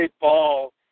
Ball